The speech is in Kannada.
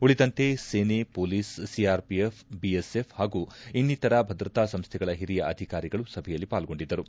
ಉಳಿದಂತೆ ಸೇನೆ ಪೊಲೀಸ್ ಸಿಆರ್ಪಿಎಫ್ ಬಿಎಸ್ಎಫ್ ಹಾಗೂ ಇನ್ನಿತರ ಭದ್ರತಾ ಸಂಸ್ಗೆಗಳ ಹಿರಿಯ ಅಧಿಕಾರಿಗಳು ಸಭೆಯಲ್ಲಿ ಪಾಲ್ಲೊಂಡಿದ್ದರು